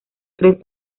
tres